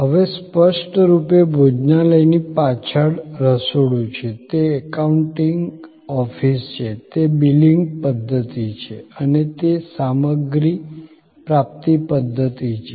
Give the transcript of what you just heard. હવે સ્પષ્ટ રૂપે ભોજનાલયની પાછળ રસોડું છે તે એકાઉન્ટિંગ ઓફિસ છે તે બિલિંગ પધ્ધતિ છે અને તે સામગ્રી પ્રાપ્તિ પધ્ધતિ છે